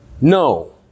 No